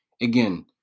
Again